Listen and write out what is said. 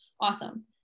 awesome